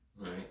right